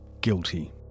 guilty